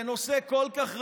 בנושא כל כך רגיש,